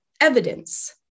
evidence